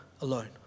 alone